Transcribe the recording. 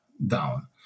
Down